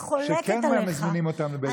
שכן מזמינים אותם למשפט הבין-לאומי.